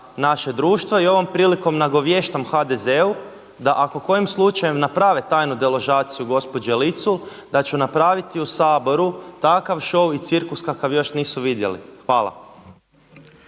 naše društvo. I ovom prilikom nagoviještam HDZ-u da ako kojim slučajem naprave tajnu deložaciju gospođe Licul da ću napraviti u Saboru takav šou i cirkus kakav još nisu vidjeli. Hvala.